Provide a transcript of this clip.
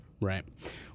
right